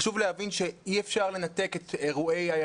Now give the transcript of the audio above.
חשוב להבין שאי אפשר לנתק את אירועי איה